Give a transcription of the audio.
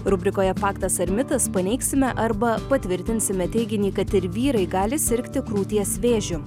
rubrikoje faktas ar mitas paneigsime arba patvirtinsime teiginį kad ir vyrai gali sirgti krūties vėžiu